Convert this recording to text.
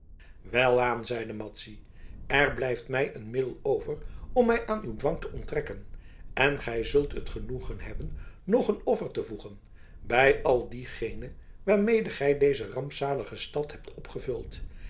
welaan zeide madzy er blijft mij een middel over om mij aan uw dwang te onttrekken en gij zult het genoegen hebben nog een offer te voegen bij al diegene waarmede gij deze rampzalige stad hebt opgevuld